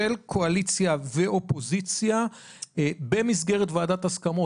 של קואליציה ואופוזיציה במסגרת ועדת ההסכמות,